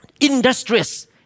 industrious